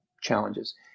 challenges